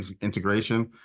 integration